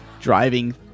driving